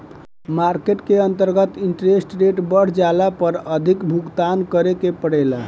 market के अंतर्गत interest rate बढ़ जाला पर अधिक भुगतान करे के पड़ेला